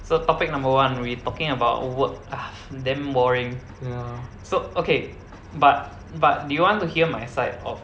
so topic number one we talking about work ah damn boring so okay but but do you want to hear my side of